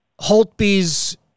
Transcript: Holtby's